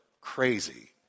crazy